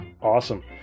awesome